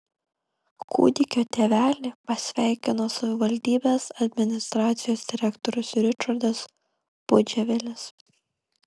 kūdikio tėvelį pasveikino savivaldybės administracijos direktorius ričardas pudževelis